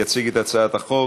יציג את הצעת החוק